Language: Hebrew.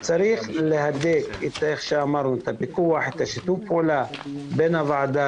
צריך להדק את הפיקוח, את שיתוף הפעולה, בין הוועדה